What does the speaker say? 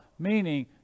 meaning